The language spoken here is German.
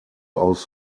aus